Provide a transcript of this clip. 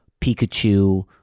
Pikachu